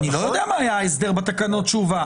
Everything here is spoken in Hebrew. אני לא יודע מה היה ההסדר בתקנות שהובאו.